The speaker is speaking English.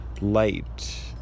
Light